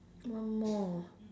one more